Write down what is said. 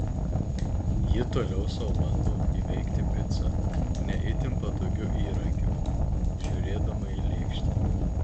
ji toliau sau bando įveikti picą ne itin patogiu įrankiu žiūrėdama į lėkštę